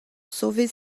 sauver